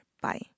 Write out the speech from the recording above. Bye